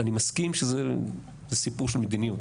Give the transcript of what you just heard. אני מסכים שזה סיפור של מדיניות,